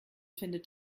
findet